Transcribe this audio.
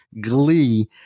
glee